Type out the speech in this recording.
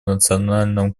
национальном